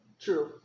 True